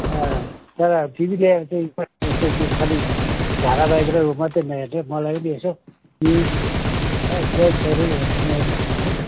अँ तर टिभी ल्याएर चाहिँ यस्तो त्यो खालि धारावाहिक र उ मात्रै नहेर्नु है मलाई पनि यसो न्युज र गेम्सहरू हेर्नु